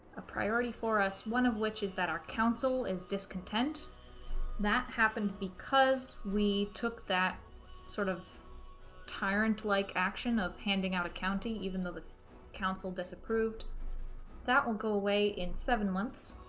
a priority for us one of which is that our council is discontent that happened because we took that sort of tiring to like action of handing out a county even though the council disapproved that will go away in seven months